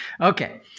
Okay